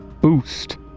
boost